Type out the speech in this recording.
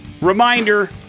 reminder